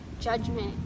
judgment